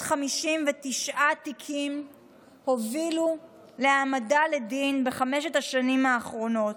359 תיקים הובילו להעמדה לדין בחמש השנים האחרונות.